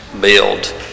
build